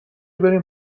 بریم